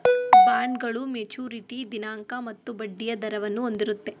ಬಾಂಡ್ಗಳು ಮೆಚುರಿಟಿ ದಿನಾಂಕ ಮತ್ತು ಬಡ್ಡಿಯ ದರವನ್ನು ಹೊಂದಿರುತ್ತೆ